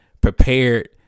prepared